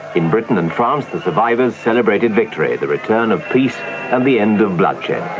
in britain and france the survivors celebrated victory, the return of peace and the end of bloodshed.